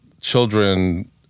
children